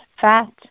fat